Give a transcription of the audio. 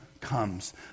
comes